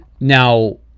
Now